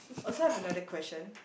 also have another question